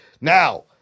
Now